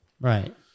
Right